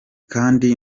kandi